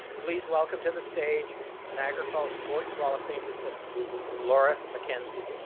please welcome to the stage niagara falls sports wall of fame recipient laura mackenzie.